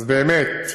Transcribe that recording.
אז באמת,